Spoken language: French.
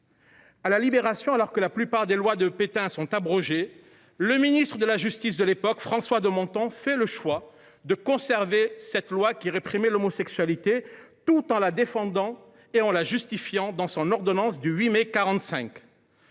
À la Libération, alors que la plupart des textes de Pétain furent abrogés, le ministre de la justice de l’époque, François de Menthon, fit le choix de conserver cette loi réprimant l’homosexualité, tout en la défendant et en la justifiant dans l’ordonnance du 8 février 1945.